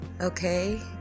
Okay